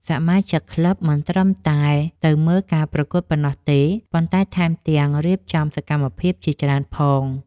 សមាជិកក្លឹបមិនត្រឹមតែទៅមើលការប្រកួតប៉ុណ្ណោះទេ ប៉ុន្តែថែមទាំងរៀបចំសកម្មភាពជាច្រើនផង។